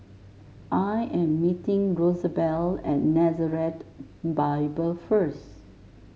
I am meeting Rosabelle at Nazareth Bible first